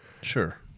Sure